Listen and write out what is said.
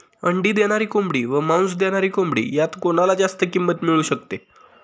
अंडी देणारी कोंबडी व मांस देणारी कोंबडी यात कोणाला जास्त किंमत मिळू शकते?